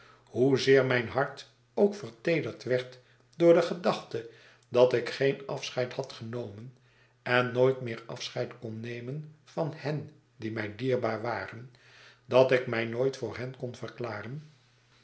hoe zeer mijn hart ook verteederd werd door de gedachte dat ik geen afscheid had genomen en nooit meer afscheid kon riemen van hen die mij dierbaar waren dat ik mij nooit voor hen kon verklaren